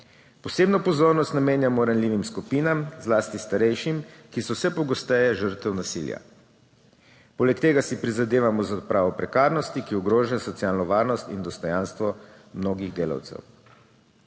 Posebno pozornost namenjamo ranljivim skupinam, zlasti starejšim, ki so vse pogosteje žrtev nasilja. Poleg tega si prizadevamo za odpravo prekarnosti, ki ogroža socialno varnost in dostojanstvo mnogih delavcev.